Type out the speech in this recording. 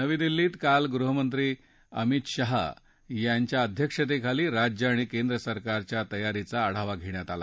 नवी दिल्लीत काल गृहमंत्री अमित शहा यांच्या अध्यक्षतेखाली राज्य आणि केंद्र सरकारच्या तयारीचा आढावा घेण्यात आला